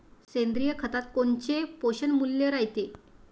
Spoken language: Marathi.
सेंद्रिय खतात कोनचे पोषनमूल्य रायते?